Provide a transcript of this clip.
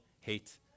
hate